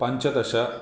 पञ्चदश